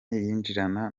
yinjirana